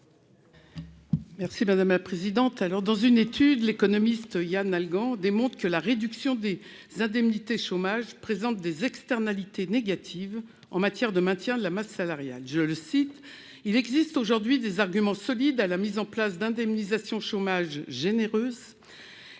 Mme Raymonde Poncet Monge. Dans une étude, l'économiste Yann Algan démontre que la réduction des indemnités de chômage présente des externalités négatives en matière de maintien de la masse salariale. Selon lui, « il existe aujourd'hui des arguments solides à la mise en place d'indemnisations chômage généreuses.